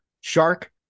Shark